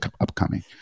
upcoming